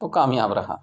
تو کامیاب رہا